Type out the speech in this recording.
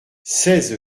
seize